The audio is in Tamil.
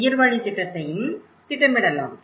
உயர் வழி திட்டத்தையும் திட்டமிடலாம்